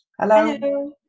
Hello